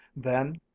then,